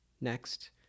next